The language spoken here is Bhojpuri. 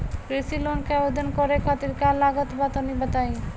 कृषि लोन के आवेदन करे खातिर का का लागत बा तनि बताई?